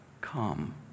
come